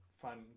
fun